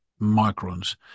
microns